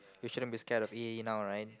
you shouldn't be scared of E A E now right